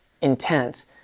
intense